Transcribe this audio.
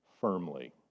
firmly